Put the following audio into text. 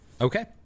Okay